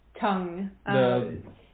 tongue